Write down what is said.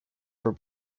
for